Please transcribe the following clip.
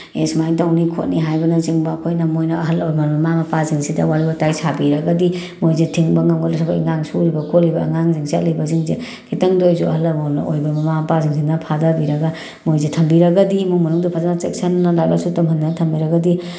ꯑꯦ ꯁꯨꯃꯥꯏꯅ ꯇꯧꯅꯤ ꯈꯣꯠꯅꯤ ꯍꯥꯏꯕꯅꯆꯤꯡꯕ ꯑꯩꯈꯣꯏꯅ ꯃꯣꯏꯅ ꯑꯍꯜ ꯂꯃꯟ ꯃꯃꯥ ꯃꯄꯥꯁꯤꯡꯁꯤꯗ ꯋꯥꯔꯤ ꯋꯇꯥꯏ ꯁꯥꯕꯤꯔꯒꯗꯤ ꯃꯣꯏꯁꯦ ꯊꯤꯡꯕ ꯉꯝꯒꯗ꯭ꯔꯥ ꯊꯕꯛ ꯏꯪꯈꯥꯡ ꯁꯨꯔꯤꯕ ꯈꯣꯠꯂꯤꯕ ꯑꯉꯥꯡꯁꯤꯡ ꯆꯠꯂꯤꯕꯁꯤꯡꯁꯦ ꯈꯤꯇꯪꯗ ꯑꯣꯏꯔꯁꯨ ꯑꯍꯜ ꯂꯃꯟ ꯑꯣꯏꯔꯤꯕ ꯃꯃꯥ ꯃꯄꯥꯁꯤꯡꯁꯤꯅ ꯐꯥꯗꯕꯤꯔꯒ ꯃꯣꯏꯁꯦ ꯊꯝꯕꯤꯔꯒꯗꯤ ꯏꯃꯨꯡ ꯃꯅꯨꯡꯗꯨ ꯐꯖꯅ ꯆꯦꯛꯁꯤꯟꯅ ꯂꯥꯏꯔꯤꯛ ꯂꯥꯏꯁꯨ ꯇꯝꯍꯟꯗꯅ ꯊꯝꯕꯤꯔꯒꯗꯤ